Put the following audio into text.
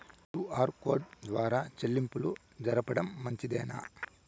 QR code ద్వారా చెల్లింపులు జరపడం మంచిదేనా?